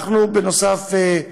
נוסף על כך,